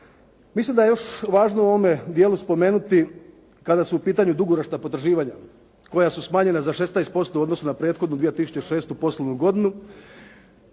Mislim da je još važno u ovom dijelu spomenuti kada su u pitanju dugoročna potraživanja koja su smanjenja za 16% u odnosu na prethodnu 2006. poslovnu godinu.